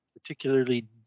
particularly